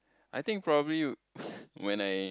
I think probably when I